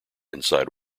inside